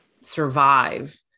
survive